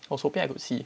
I was hoping I could see